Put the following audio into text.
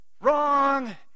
Wrong